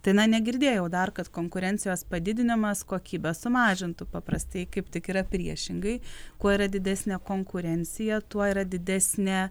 tai na negirdėjau dar kad konkurencijos padidinimas kokybę sumažintų paprastai kaip tik yra priešingai kuo yra didesnė konkurencija tuo yra didesnė